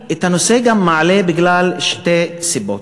אני מעלה את הנושא בגלל שתי סיבות.